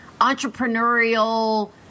entrepreneurial